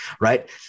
right